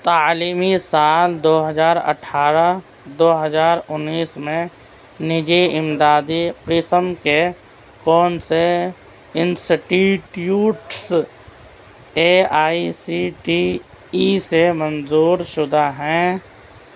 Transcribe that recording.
تعلیمی سال دو ہزار اٹھارہ دو ہزار انیس میں نجی امدادی قسم کے کون سے institutes A I C T E سے منظورشدہ ہیں